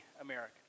American